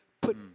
put